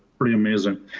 pretty amazing.